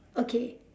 okay